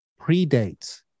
predates